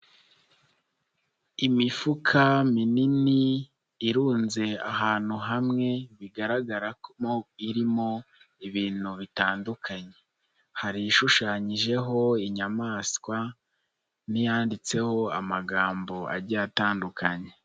Imifuka minini irunze ahantu hamwe bigaragaramo irimo ibintu bitandukanye, hari ishushanyijeho inyamaswa, n'iyanditseho amagambo agiye atandukanye.